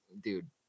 Dude